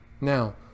Now